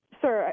sir